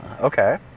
okay